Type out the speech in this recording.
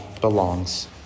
belongs